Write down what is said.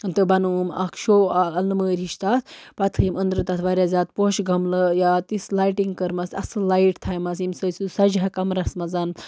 تہٕ بنووُم اَکھ شو اَ اَلہٕ مٲرۍ ہِش تَتھ پَتہٕ تھٲیِم أنٛدرٕ تَتھ واریاہ زیادٕ پوشہِ گَملہٕ یا تِژھ لایٹِنٛگ کٔرمَس اَصٕل لایِٹ تھَیمَس ییٚمہِ سۭتۍ سُہ سَجہِ ہہ کَمرَس منٛز